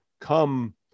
come